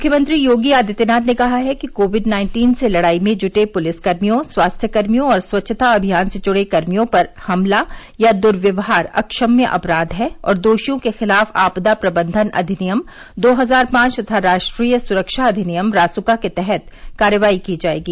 मुख्यमंत्री योगी आदित्यनाथ ने कहा है कि कोविड नाइन्टीन से लड़ाई में जुटे पुलिसकर्मियों स्वास्थ्य कर्मियों और स्वच्छता अभियान से जुड़े कर्मियों पर हमला या दुर्व्यवहार अक्षम्य अपराध है और दोषियों के खिलाफ आपदा प्रबंधन अधिनियम दो हजार पांच तथा राष्ट्रीय सुरक्षा अधिनियम रासुका के तहत कार्रवाई की जायेगी